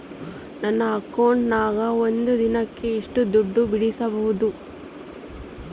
ನನ್ನ ಅಕೌಂಟಿನ್ಯಾಗ ಒಂದು ದಿನಕ್ಕ ಎಷ್ಟು ದುಡ್ಡು ಬಿಡಿಸಬಹುದು?